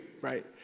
right